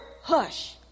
hush